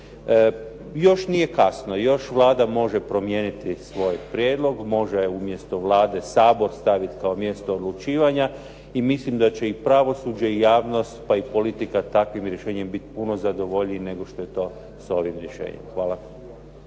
Još nije kasno. Još Vlada može promijeniti svoj prijedlog. Može umjesto Vlade Sabor staviti kao mjesto odlučivanja i mislim da će i pravosuđe i javnost, pa i politika takvim rješenjem biti puno zadovoljniji nego što je to s ovim rješenjem. Hvala.